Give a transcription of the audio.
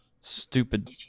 Stupid